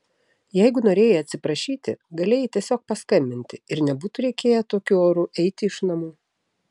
jeigu norėjai atsiprašyti galėjai tiesiog paskambinti ir nebūtų reikėję tokiu oru eiti iš namų